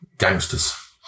gangsters